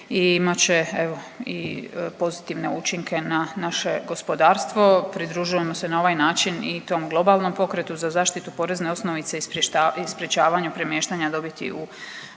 evo i pozitivne učinke na naše gospodarstvo. Pridružujemo se na ovaj način i tom globalnom pokretu za zaštitu porezne osnovice i sprječavanju premještanja dobiti u